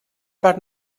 parc